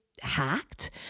hacked